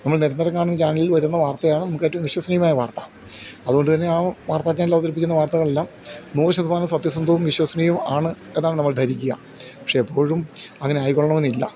നമ്മൾ നിരന്തരം കാണുന്ന ചാനലിൽ വരുന്ന വാർത്തയാണ് നമുക്ക് ഏറ്റവും വിശ്വസനീയമായ വാർത്ത അതുകൊണ്ട് തന്നെ ആ വാർത്ത ചാനൽ അവതരിപ്പിക്കുന്ന വാർത്തകളെല്ലാം നൂറ് ശതമാനം സത്യസന്ധവും വിശ്വസനീയവും ആണ് എന്നതാണ് നമ്മൾ ധരിക്കുക പക്ഷെ എപ്പോഴും അങ്ങനെ ആയിക്കൊള്ളണമെന്നില്ല